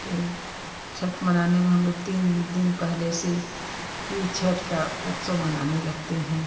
के छठ मनाने में हम लोग तीन दिन पहले से ही छठ का उत्सव मनाने लगते हैं